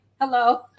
Hello